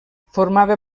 formava